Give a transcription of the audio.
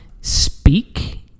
speak